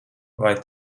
vai